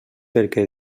perquè